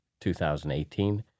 2018